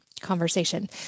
conversation